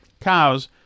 cows